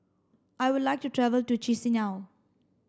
I would like to travel to Chisinau